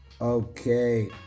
Okay